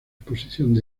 exposiciones